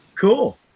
Cool